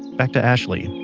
back to ashley